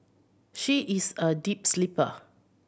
she is a deep sleeper